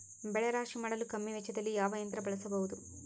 ಬೆಳೆ ರಾಶಿ ಮಾಡಲು ಕಮ್ಮಿ ವೆಚ್ಚದಲ್ಲಿ ಯಾವ ಯಂತ್ರ ಬಳಸಬಹುದು?